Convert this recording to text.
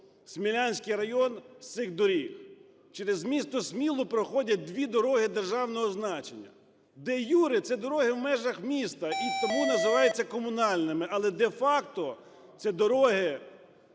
Смілянський район з цих доріг. Через місто Смілу проходять дві дороги державного значення, де-юре це дороги в межах міста, і тому називаються комунальними, але де-факто це дороги